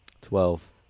Twelve